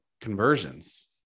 conversions